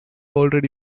already